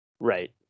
Right